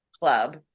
Club